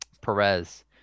perez